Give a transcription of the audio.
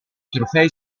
trofei